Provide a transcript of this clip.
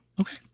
okay